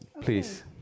please